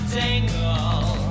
tangle